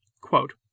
Quote